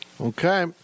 okay